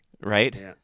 right